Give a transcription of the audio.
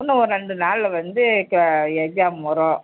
இன்னும் ஒரு ரெண்டு நாளில் வந்து எக்ஜாம் வரும்